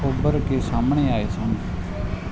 ਉੱਭਰ ਕੇ ਸਾਹਮਣੇ ਆਏ ਸਨ